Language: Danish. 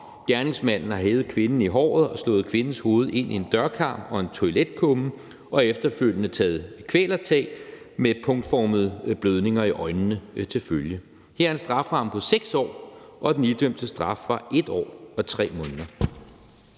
Gerningsmanden har hevet kvinden i håret og slået kvindens hovede ind i en dørkarm og en toiletkumme og efterfølgende taget kvælertag med punktformede blødninger i øjnene til følge. Her er en strafferamme på 6 år, og den idømte straf var 1 år og 3 måneder.